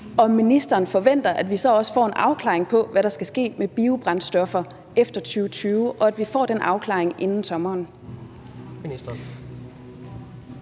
om ministeren forventer, at vi så også får en afklaring på, hvad der skal ske med biobrændstoffer efter 2020, og at vi får den afklaring inden sommeren.